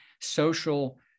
Social